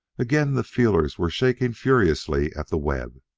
again the feelers were shaking furiously at the web.